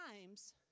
times